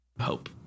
hope